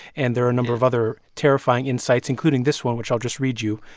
and there are a number of other terrifying insights, including this one, which i'll just read you,